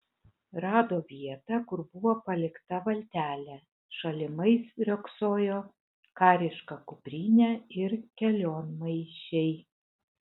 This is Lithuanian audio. rado vietą kur buvo palikta valtelė šalimais riogsojo kariška kuprinė ir kelionmaišiai